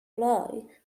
lie